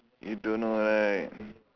you don't know right